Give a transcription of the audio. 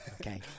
okay